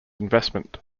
investment